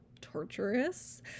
torturous